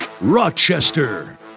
Rochester